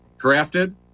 Drafted